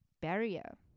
barrier